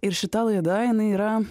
ir šita laida jinai yra